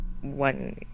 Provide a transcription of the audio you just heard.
one